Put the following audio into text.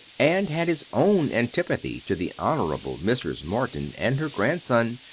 and had his own antipathy to the honourable mrs. morton and her grandson,